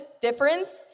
difference